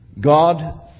God